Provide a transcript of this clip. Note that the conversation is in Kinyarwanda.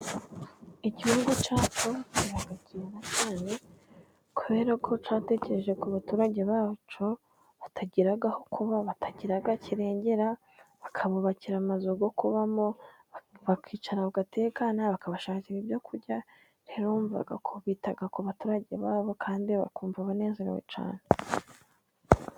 Igihugu cyacu kiba cyiza cyane, kubera ko cyatekereje ku baturage bacyo, batagira aho kuba, batagira kirengera, bakabubakira amazu yo kubamo, bakicara bagatekana, bakabashakira ibyo kurya, rero urumva ko bita ku baturage babo, kandi bakumva banezerewe cyane.